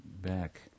back